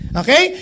okay